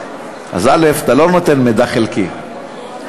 אתה לא נותן מידע חלקי,